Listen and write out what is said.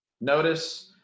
notice